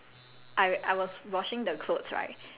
wait I cannot ya so um